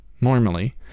normally